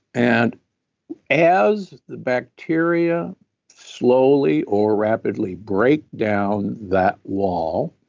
and as the bacteria slowly or rapidly break down that wall,